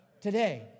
today